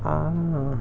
ah